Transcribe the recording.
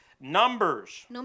Numbers